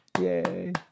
Yay